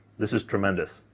this is tremendous.